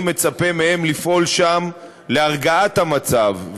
אני מצפה מהם לפעול שם להרגעת המצב,